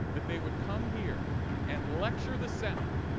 that they would come here and lecture the senate.